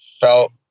felt